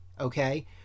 Okay